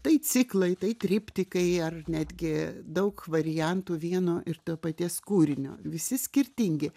tai ciklai tai triptikai ar netgi daug variantų vieno ir to paties kūrinio visi skirtingi